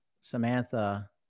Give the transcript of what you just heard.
Samantha